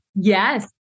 Yes